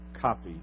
copy